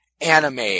Anime